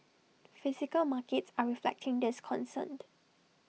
physical markets are reflecting this concerned